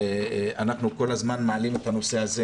אנחנו כל הזמן מעלים את הנושא הזה